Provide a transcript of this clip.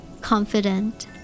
confident